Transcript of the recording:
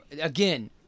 again